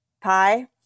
pie